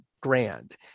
grand